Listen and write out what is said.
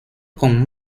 con